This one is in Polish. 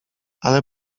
ale